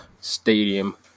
Stadium